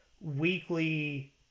weekly